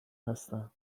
هستند